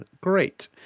great